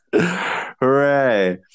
Hooray